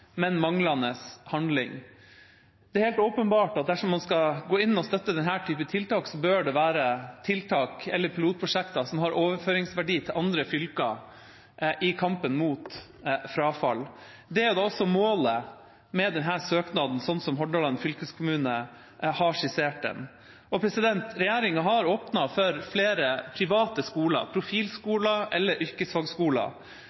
men manglende handling. Det er helt åpenbart at dersom man skal gå inn og støtte denne typen tiltak, bør det være tiltak eller pilotprosjekter som har overføringsverdi til andre fylker i kampen mot frafall. Det er da også målet med denne søknaden, slik Hordaland fylkeskommune har skissert den. Regjeringa har åpnet for flere private skoler,